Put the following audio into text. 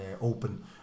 Open